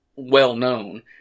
well-known